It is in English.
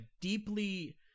deeply